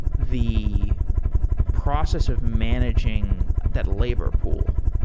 the process of managing that labor pool?